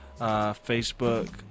Facebook